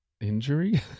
injury